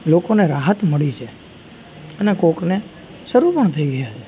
લોકોને રાહત મળી છે અને કોકને શરૂ પણ થઈ ગયાં છે